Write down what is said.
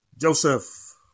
Joseph